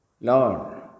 Lord